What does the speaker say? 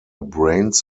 brains